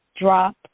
drop